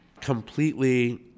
completely